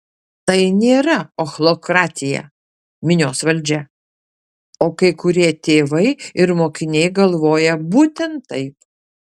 tai nėra ochlokratija minios valdžia o kai kurie tėvai ir mokiniai galvoja būtent taip